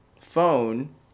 phone